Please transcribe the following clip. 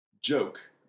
joke